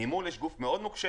למימון יש גוף מאוד נוקשה